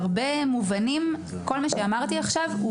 כל מה שאמרתי עכשיו,